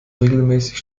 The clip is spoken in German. regelmäßig